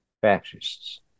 fascists